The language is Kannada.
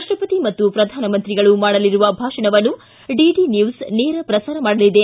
ರಾಷ್ಟಪತಿ ಮತ್ತು ಪ್ರಧಾನಮಂತ್ರಿಗಳು ಮಾಡಲಿರುವ ಭಾಷಣವನ್ನು ಡಿಡಿ ನ್ಣೂಸ್ ನೇರ ಪ್ರಸಾರ ಮಾಡಲಿದೆ